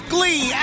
Glee